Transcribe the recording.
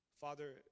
Father